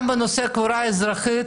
גם בנושא קבורה אזרחית,